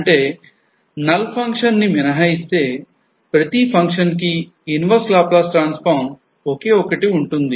అంటే నల్ ఫంక్షన్ని null function ని మినహాయిస్తే ప్రతీ function కి inverse Laplace transform ఒకే ఒక్కటి ఉంటుంది